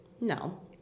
No